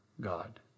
God